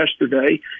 yesterday